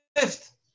fifth